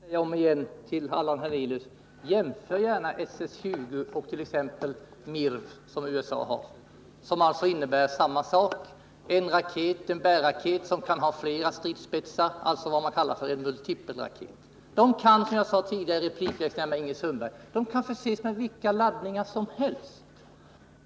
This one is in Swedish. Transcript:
Fru talman! Jag måste än en gång säga till Allan Hernelius: Jämför gärna SS-20 och USA:s MIRV, som representerar samma vapentyp: en bärraket som kan ha flera stridsspetsar, dvs. en s.k. multipelraket. Sådana kan, som jag sade tidigare i replikväxlingen med Ingrid Sundberg, förses med vilka laddningar som helst.